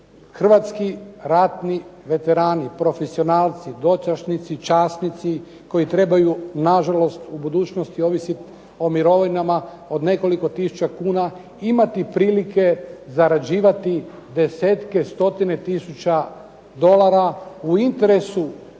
hrvatski ratni veterani, profesionalci, dočasnici, časnici koji trebaju na žalost u budućnosti ovisiti o mirovinama od nekoliko tisuća kuna imati prilike zarađivati desetke stotine tisuća dolara u interesu